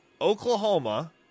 Oklahoma